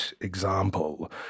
example